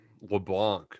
LeBlanc –